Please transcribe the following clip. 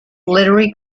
literary